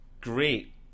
Great